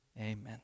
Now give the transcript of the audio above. Amen